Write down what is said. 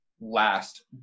last